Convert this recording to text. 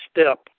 step